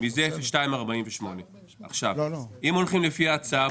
מזה 2.48%. עכשיו אם הולכים לפי ההצעה פה,